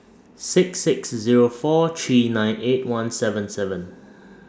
six six Zero four three nine eight one seven seven